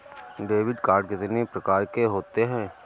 Debit card कितनी प्रकार के होते हैं?